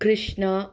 कृष्णः